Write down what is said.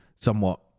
somewhat